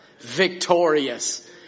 victorious